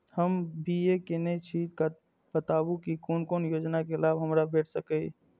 हम बी.ए केनै छी बताबु की कोन कोन योजना के लाभ हमरा भेट सकै ये?